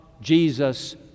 Jesus